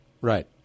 Right